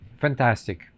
fantastic